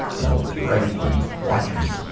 write means watch me.